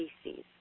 species